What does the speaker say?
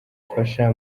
fasha